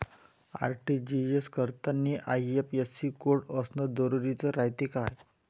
RTGS करतांनी IFSC code असन जरुरी रायते का?